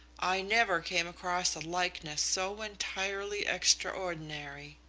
i never came across a likeness so entirely extraordinary.